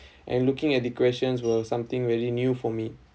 and looking at the questions were something really new for me